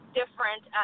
different